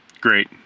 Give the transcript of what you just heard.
Great